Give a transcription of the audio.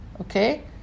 Okay